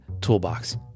toolbox